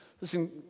Listen